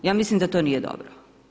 Ja mislim da to nije dobro.